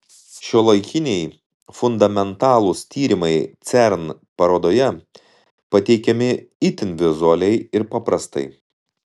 šiuolaikiniai fundamentalūs tyrimai cern parodoje pateikiami itin vizualiai ir paprastai